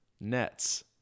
Nets